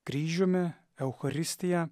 kryžiumi eucharistija